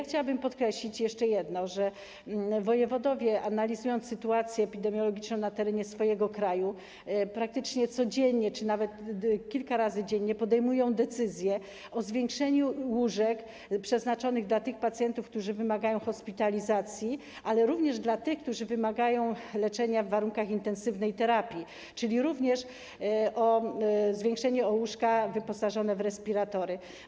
Chciałabym podkreślić jeszcze jedno: że wojewodowie, analizując sytuację epidemiologiczną na swoim terenie, praktycznie codziennie czy nawet kilka razy dziennie podejmują decyzje o zwiększeniu liczby łóżek przeznaczonych dla tych pacjentów, którzy wymagają hospitalizacji, ale również dla tych, którzy wymagają leczenia w warunkach intensywnej terapii, czyli chodzi także o zwiększenie liczby łóżek wyposażonych w respiratory.